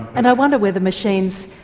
and i wonder whether machines,